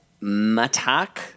matak